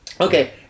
Okay